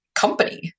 company